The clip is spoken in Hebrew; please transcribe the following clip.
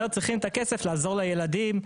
צריכים את הכסף בשביל לעזור לילדים.